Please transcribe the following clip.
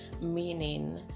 meaning